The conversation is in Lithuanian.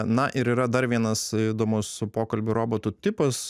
na ir yra dar vienas įdomus pokalbių robotų tipas